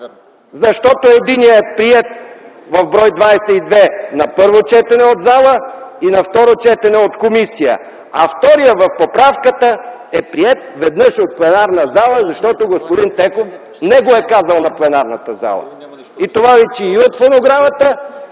Защото единият е приет в бр. 22 на първо четене от залата и на второ четене от комисията, а вторият в поправката е от пленарна зала, защото господин Цеков не го е казал на пленарната зала. И това личи и от фонограмата.